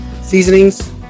seasonings